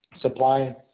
supply